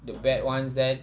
the bad ones then